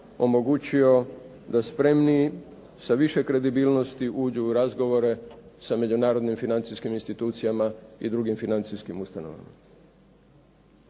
omogućio da spremniji sa više kredibilnosti uđu u razgovore sa međunarodnim financijskim institucijama i drugim financijskim ustanovama.